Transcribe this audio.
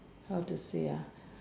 how to say ah